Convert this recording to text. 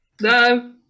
No